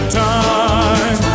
time